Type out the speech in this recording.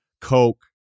Coke